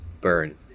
burn